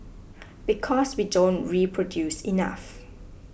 because we don't reproduce enough